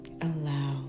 Allow